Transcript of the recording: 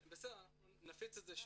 בסדר, אנחנו נפיץ את זה שוב.